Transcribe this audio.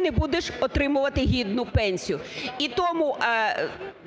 не будеш отримувати гідну пенсію. І тому